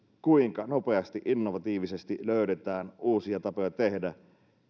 kuinka nopeasti innovatiivisesti löydetään uusia tapoja tehdä